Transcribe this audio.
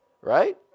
Right